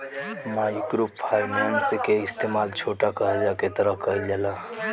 micro finance के इस्तमाल छोटा करजा के तरह कईल जाला